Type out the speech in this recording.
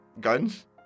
guns